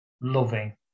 Loving